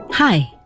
Hi